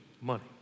money